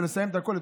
ולסיים את הכול,